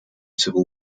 civil